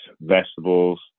vegetables